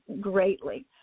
greatly